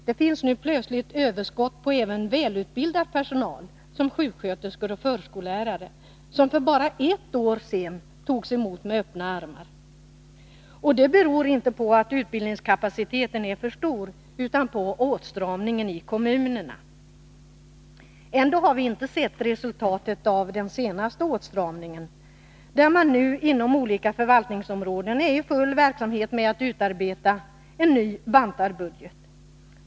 Det finns nu plötsligt överskott på även välutbildad personal såsom sjuksköterskor och förskollärare, som för bara ett år sedan togs emot med öppna armar. Och det beror inte på att utbildningskapaciteten är för stor utan på åtstramningen i kommunerna. Ändå har vi inte sett resultatet av den senaste åtstramningen, där man nu inom olika förvaltningsområden är i full färd med att utarbeta en ny bantad budget.